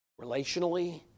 relationally